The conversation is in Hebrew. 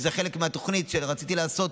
זה חלק מהתוכנית שרציתי לעשות